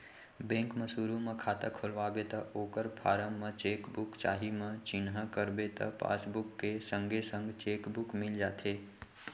bank म सुरू म खाता खोलवाबे त ओकर फारम म चेक बुक चाही म चिन्हा करबे त पासबुक के संगे संग चेक बुक मिल जाथे